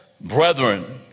brethren